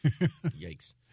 Yikes